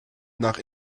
nach